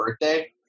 birthday